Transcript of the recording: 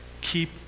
keep